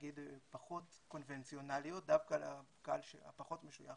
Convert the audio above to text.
פחות קונבנציונליות, דווקא לקהל הפחות משויך